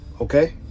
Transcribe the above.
okay